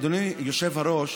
ואדוני היושב-ראש,